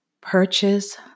purchase